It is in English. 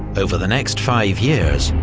over the next five years,